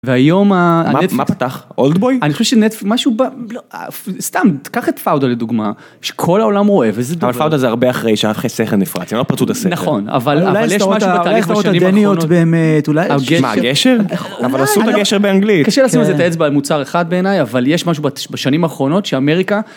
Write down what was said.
והיום... מה פתח? אולדבוי? אני חושב שנטפליקס... משהו... סתם, תקח את פאודה לדוגמה שכל העולם רואה וזה... אבל פאודה זה הרבה אחרי שהסכר נפרץ. הם לא פרצו את הסכר. נכון אבל אולי יש משהו בתהליך בשנים האחרונות... אולי הסדרות הדניות באמת... הגשר... מה הגשר? אבל עשו את הגשר באנגלית. קשה לשים את האצבע על מוצר אחד בעיניי, אבל יש משהו בשנים האחרונות שאמריקה